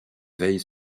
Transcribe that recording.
veille